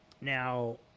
now